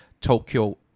Tokyo